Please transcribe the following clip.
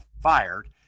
fired